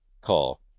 call